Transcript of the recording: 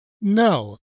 No